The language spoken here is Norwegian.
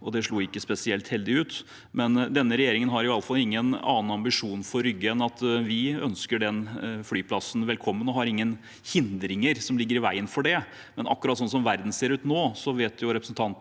Det slo ikke spesielt heldig ut. Denne regjeringen har i alle fall ingen annen ambisjon for Rygge enn at vi ønsker flyplassen velkommen, og har ingen hindringer som ligger i veien for det. Men akkurat slik verden ser ut nå, vet representanten